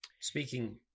Speaking